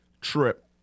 trip